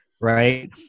right